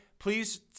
Please